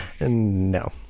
no